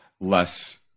less